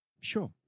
Sure